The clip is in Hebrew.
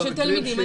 כן, תלמידים.